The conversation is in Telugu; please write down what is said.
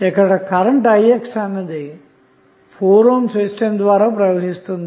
ఇక్కడ కరెంటు ixఅన్నది 4 ohm రెసిస్టెన్స్ ద్వారా ప్రవహిస్తుంది